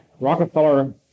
Rockefeller